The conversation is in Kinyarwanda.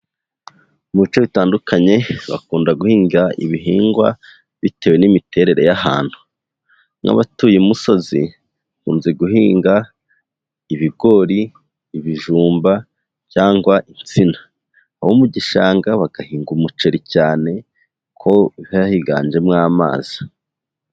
Mu bice bitandukanye bakunda guhinga ibihingwa bitewe n'imiterere y'ahantu nk'abatuye imusozi bakunze guhinga ibigori, ibijumba cyangwa insina, abo mu gishanga bagahinga umuceri cyane kuko haba higanjemo amazi.